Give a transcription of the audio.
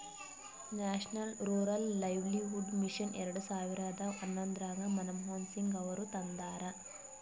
national rural livelihood mission ಎರೆಡ ಸಾವಿರದ ಹನ್ನೊಂದರಾಗ ಮನಮೋಹನ್ ಸಿಂಗ್ ಅವರು ತಂದಾರ